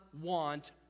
want